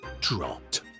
dropped